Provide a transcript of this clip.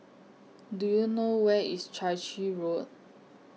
Do YOU know Where IS Chai Chee Road